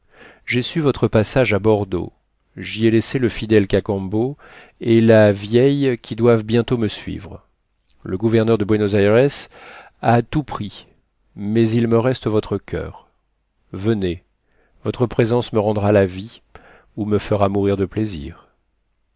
j'ai su votre passage à bordeaux j'y ai laissé le fidèle cacambo et la vieille qui doivent bientôt me suivre le gouverneur de buénos ayres a tout pris mais il me reste votre coeur venez votre présence me rendra la vie ou me fera mourir de plaisir